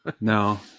No